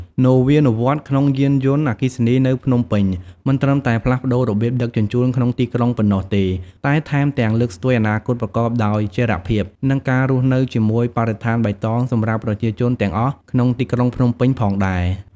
នវានុវត្តន៍ក្នុងយានយន្តអគ្គិសនីនៅភ្នំពេញ មិនត្រឹមតែផ្លាស់ប្តូររបៀបដឹកជញ្ជូនក្នុងទីក្រុងប៉ុណ្ណោះទេ តែថែមទាំងលើកស្ទួយអនាគតប្រកបដោយចីរភាព និងការរស់នៅជាមួយបរិស្ថានបៃតងសម្រាប់ប្រជាជនទាំងអស់ក្នុងទីក្រុងភ្នំពេញផងដែរ។